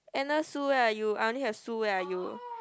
Anna Su where are you I only have Sue where are you